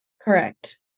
Correct